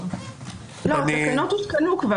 לא, תקנות הותקנו כבר.